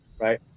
right